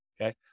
Okay